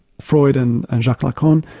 freud and ah jacques lacan,